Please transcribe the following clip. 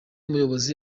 muyobozi